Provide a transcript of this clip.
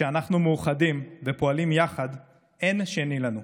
כשאנחנו מאוחדים ופועלים יחד אין שני לנו.